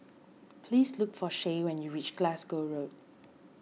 please look for Shae when you reach Glasgow Road